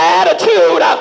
attitude